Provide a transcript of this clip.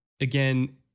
Again